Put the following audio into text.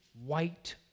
white